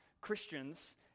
Christians